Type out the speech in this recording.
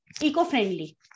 eco-friendly